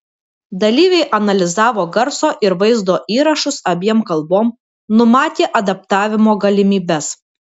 dalyviai analizavo garso ir vaizdo įrašus abiem kalbom numatė adaptavimo galimybes